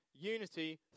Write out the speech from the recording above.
Unity